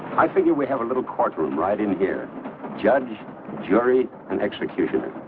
i think you would have a little courtroom right in here judge jury and executioner.